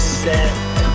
set